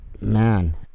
man